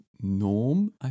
Norm